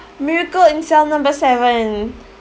miracle in cell number seven